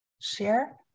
Share